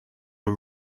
are